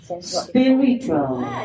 spiritual